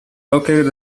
located